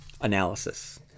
Analysis